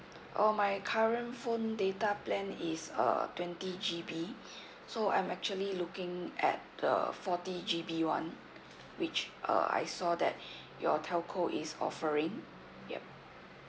oh my current phone data plan is uh twenty GB so I'm actually looking at the forty GB one which uh I saw that your telco is offering yup